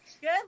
Good